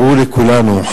ברור לכולנו,